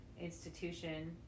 institution